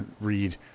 read